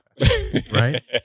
Right